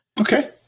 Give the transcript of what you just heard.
Okay